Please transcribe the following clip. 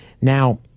Now